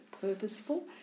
purposeful